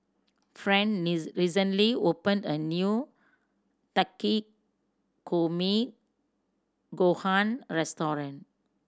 Friend recently opened a new Takikomi Gohan Restaurant